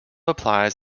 applies